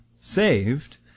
saved